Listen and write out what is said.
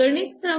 गणित क्र